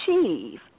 achieve